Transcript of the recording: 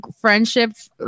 friendships